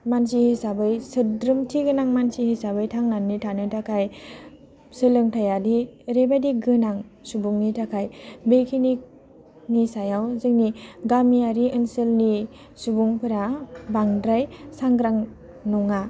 मानसि हिसाबै सोद्रोमथि गोनां मानसि हिसाबै थांनानै थानो थाखाय सोलोंथाइआदि ओरैबायदि गोनां सुबुंनि थाखाय बेखिनिनि सायाव जोंनि गामियारि ओनसोलनि सुबुंफोरा बांद्राय सांग्रां नङा